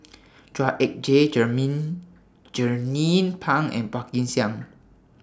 Chua Ek Kay Jernnine Pang and Phua Kin Siang